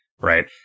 Right